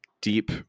deep